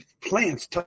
plants